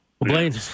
Blaine